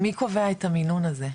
מי קובע את המינון הזה?